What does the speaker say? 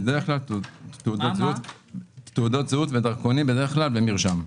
בדרך כלל תעודות זהות ודרכונים, ומרשם.